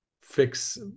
fix